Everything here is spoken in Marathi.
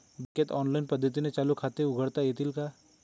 बँकेत ऑनलाईन पद्धतीने चालू खाते उघडता येईल का?